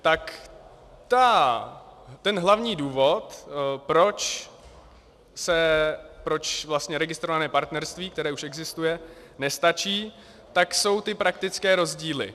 Tak ten hlavní důvod, proč vlastně registrované partnerství, které už existuje, nestačí, jsou ty praktické rozdíly.